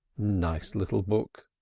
nice little book!